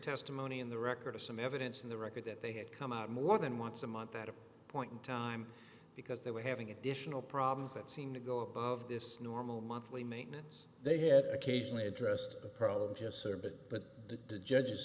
testimony in the record of some evidence in the record that they had come out more than once a month at a point in time because they were having additional problems that seemed to go above this normal monthly maintenance they had occasionally addressed the problem of his service but the judges